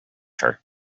her